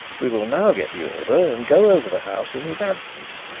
we will now get the order and go over the house in his absence.